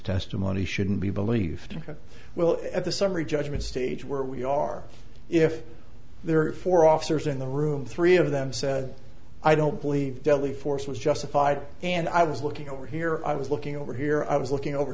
testimony shouldn't be believed well at the summary judgment stage where we are if there are four officers in the room three of them said i don't believe deadly force was justified and i was looking over here i was looking over here i was looking over